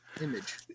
image